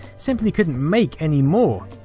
simply couldn't make any more.